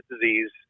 disease